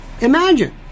Imagine